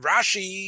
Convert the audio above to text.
Rashi